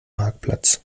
marktplatz